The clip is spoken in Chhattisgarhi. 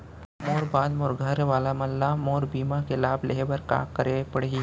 मोर बाद मोर घर वाला मन ला मोर बीमा के लाभ लेहे बर का करे पड़ही?